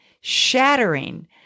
shattering